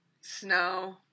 snow